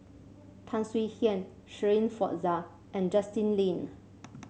Tan Swie Hian Shirin Fozdar and Justin Lean